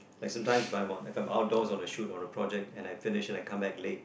I sometimes if I'm outdoors on a shoot or a project and I finished and I come back late